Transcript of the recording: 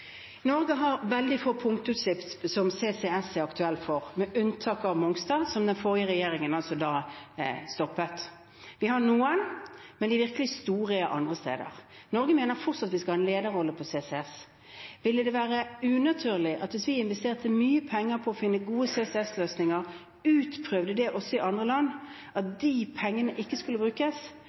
Norge har veldig få punktutslipp som CCS er aktuell for, med unntak av Mongstad, som den forrige regjeringen stoppet. Vi har noen, men de virkelig store er andre steder. Vi i Norge mener fortsatt at vi skal ha en lederrolle innen CCS. Ville det være unaturlig, hvis vi investerte mye penger i å finne gode CCS-løsninger og prøvde dem ut også i andre land, at de pengene ikke skulle brukes